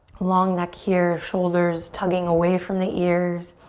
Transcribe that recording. long neck here shoulders tugging away from the ears